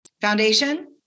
Foundation